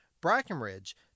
Brackenridge